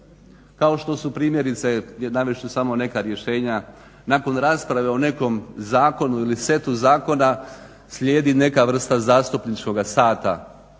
Kao što su primjerice, navest ću samo neka rješenja, nakon rasprave o nekom zakonu ili setu zakona slijedi neka vrsta zastupničkoga sata